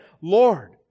Lord